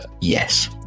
Yes